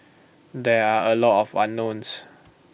there are A lot of unknowns